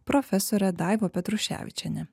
profesorė daiva petruševičienė